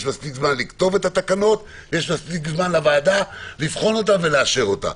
יש מספיק זמן לכתוב את התקנות ומספיק זמן לוועדה לבחון אותה ולאשר אותה.